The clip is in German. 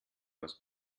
aus